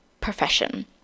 profession